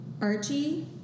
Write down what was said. Archie